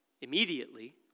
Immediately